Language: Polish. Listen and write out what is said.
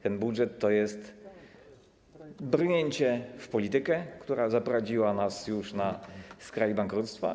Ten budżet to jest brnięcie w politykę, która zaprowadziła nas już na skraj bankructwa.